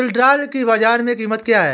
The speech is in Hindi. सिल्ड्राल की बाजार में कीमत क्या है?